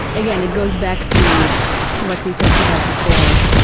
again, it goes back to what we talked about before,